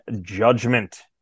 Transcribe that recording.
judgment